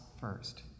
first